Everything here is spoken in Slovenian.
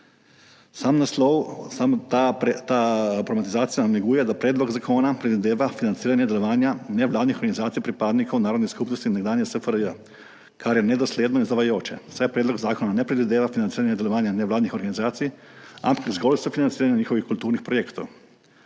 Sam naslov, problematizacija, namiguje, da predlog zakona predvideva financiranje delovanja nevladnih organizacij in pripadnikov narodnih skupnosti nekdanje SFRJ, kar je nedosledno in zavajajoče, saj predlog zakona ne predvideva financiranja delovanja nevladnih organizacij, ampak zgolj sofinanciranje njihovih kulturnih projektov.